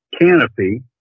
canopy